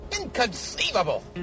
Inconceivable